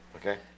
Okay